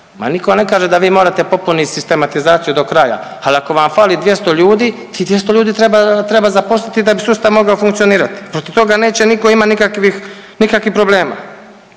niko ne kaže da vi morate popunit sistematizaciju do kraja, al ako vam fali 200 ljudi, tih 200 ljudi treba, treba zaposliti da bi sustav mogao funkcionirati, protiv toga neće niko imat nikakvih, nikakvih problema.